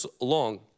long